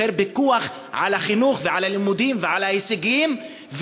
יותר פיקוח על החינוך ועל הלימודים ועל ההישגים,